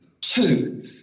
Two